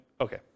Okay